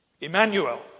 Emmanuel